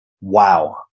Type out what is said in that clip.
Wow